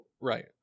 right